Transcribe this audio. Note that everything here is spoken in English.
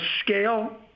scale